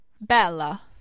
Bella